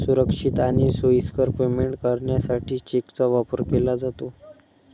सुरक्षित आणि सोयीस्कर पेमेंट करण्यासाठी चेकचा वापर केला जातो